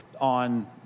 on